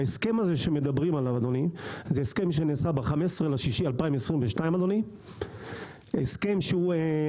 ההסכם הזה שמדברים עליו נעשה ב-15 ליוני 2022. ההסכם נחתם